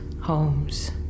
homes